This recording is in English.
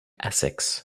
essex